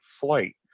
flight